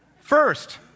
First